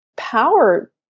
power